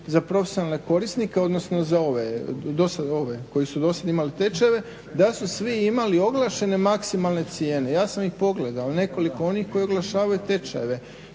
za profesionalne korisnike, odnosno za ove koji su do sad imali tečajeve da su svi imali oglašene maksimalne cijene. Ja sam ih pogledao nekoliko onih koji oglašavaju tečajeve.